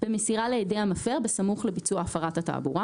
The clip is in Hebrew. במסירה לידי המפר בסמוך לביצוע הפרת התעבורה.